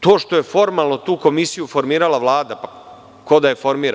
To što je formalno tu komisiju formirala Vlada, ko da je formira?